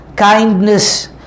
Kindness